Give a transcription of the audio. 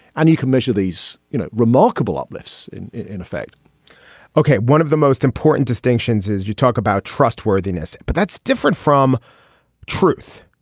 and you can measure these you know remarkable uplifts in in effect ok. one of the most important distinctions is you talk about trustworthiness but that's different from truth.